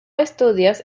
estudios